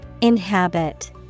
Inhabit